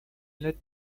lettre